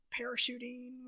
parachuting